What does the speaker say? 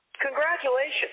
Congratulations